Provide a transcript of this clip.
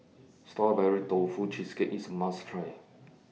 Strawberry Tofu Cheesecake IS A must Try